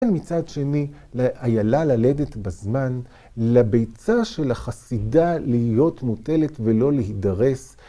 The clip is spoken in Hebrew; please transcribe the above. מצד שני, איילה ללדת בזמן, לביצה של החסידה להיות מוטלת ולא להידרס.